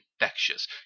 infectious